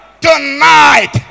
tonight